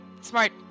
Smart